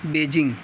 Beijing